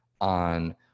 on